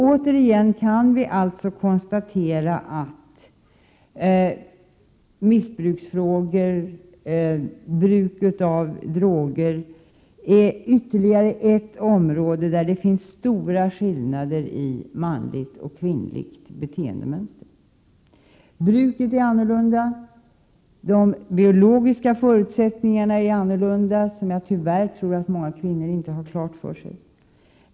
Återigen kan vi alltså konstatera att bruk och missbruk av droger är ytterligare ett område med stora skillnader mellan manligt och kvinnligt beteendemönster. Bruket är annorlunda. De biologiska förutsättningarna är annorlunda, vilket jag tror att många kvinnor tyvärr inte har klart för sig.